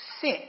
sit